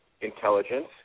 intelligence